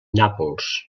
nàpols